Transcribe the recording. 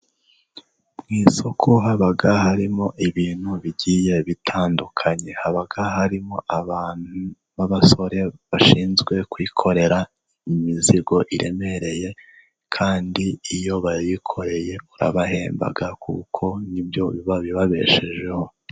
Mu isoko haba harimo ibintu bigiye bitandukanye. Haba harimo abasore bashinzwe kwikorera imizigo iremereye, kandi iyo bayikoreye urabahemba kuko ni byo biba bibabeshejeho.